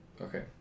Okay